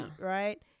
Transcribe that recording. Right